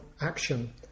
action